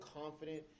confident